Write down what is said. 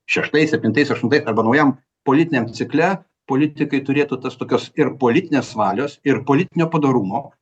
šeštais septintais aštuntais arba naujam politiniam cikle politikai turėtų tos tokios ir politinės valios ir politinio padorumo